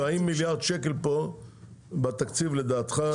והאם מיליארד שקלים בתקציב לדעתך זה מספק?